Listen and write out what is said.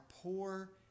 poor